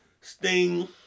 Sting